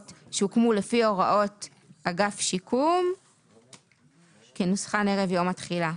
שהוקמו לפי הוראות אגף שיקום כנוסחן ערב יום התחילה'.